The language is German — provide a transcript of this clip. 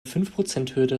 fünfprozenthürde